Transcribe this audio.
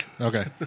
Okay